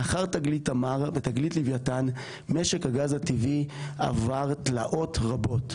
לאחר תגלית תמר ותגלית לווייתן משק הגז הטבעי עבר תלאות רבות,